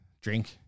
drink